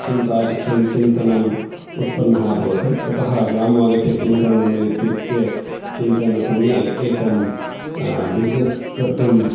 चिन्ता चिन्तनम् उत्पन्नः अभवत् ततः ग्रामम् आगत्य किं करणीयम् इत्युक्ते चिन्तनसमये एकं बिज़्नेस् कर्तुं